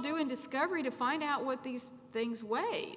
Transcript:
do in discovery to find out what these things way